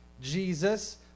Jesus